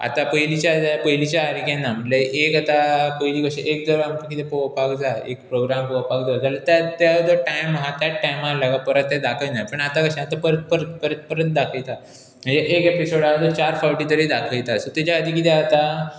आतां पयलींच्या पयलींच्या सारकें ना म्हणल्यार एक आतां पयलीं कशें एक तर आमकां कितें पळोवपाक जाय एक प्रोग्राम पळोवपाक जाय जाल्यार त्या जो टायम आसा त्याच टायमार लाग परत तें दाखयनात पूण आतां कशें आतां ते परत परत परत दाखयता एक एक एपिसोड आसा चार फावटी तरी दाखयता सो ताच्या खातीर कितें जाता